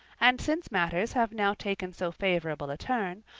and since matters have now taken so favourable a turn,